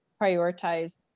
prioritize